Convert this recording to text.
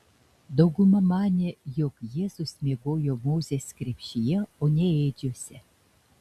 dauguma manė jog jėzus miegojo mozės krepšyje o ne ėdžiose